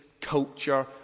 culture